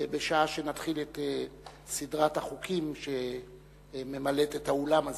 בשעה שנתחיל את סדרת החוקים שממלאת את האולם הזה.